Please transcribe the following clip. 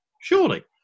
Surely